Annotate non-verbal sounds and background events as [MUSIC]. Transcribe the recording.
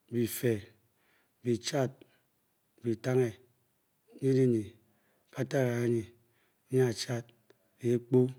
Bifeh, bichad, bitanghe, nyirinyi, katanghe-ganyi, [UNINTELLIGIBLE] dehkpo